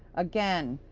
again,